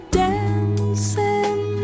dancing